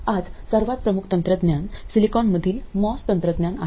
आज सर्वात प्रमुख तंत्रज्ञान सिलिकॉनमधील मॉस तंत्रज्ञान आहे